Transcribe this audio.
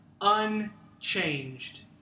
unchanged